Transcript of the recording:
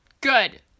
Good